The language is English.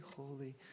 holy